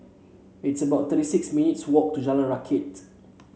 it's about thirty six minutes' walk to Jalan Rakit